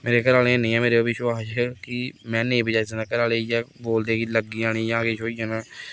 मेरे घरे आह्लें ई ऐनी ऐ मेरे उप्पर बिश्वास कि में नेईं बचाई सकना घरे आह्ले इ'यै बोलदे कि ल'ग्गी जानी जां किश होई जाना ऐ